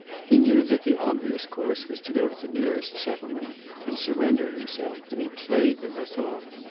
he knew that the obvious course was to go to the nearest settlement and surrender himself and he played with the thought,